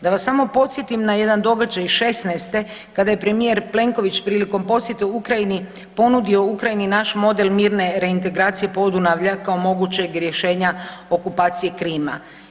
Da vas samo podsjetim na jedan događaj šesnaeste kada je premijer Plenković prilikom posjeta Ukrajini ponudio Ukrajini naš model mirne reintegracije Podunavlja kao mogućeg rješenja okupacije Krima.